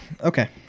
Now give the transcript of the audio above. Okay